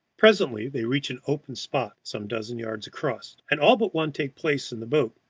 presently they reach an open spot some dozen yards across, and all but one take places in the boat,